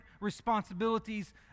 responsibilities